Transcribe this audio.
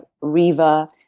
Riva